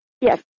Yes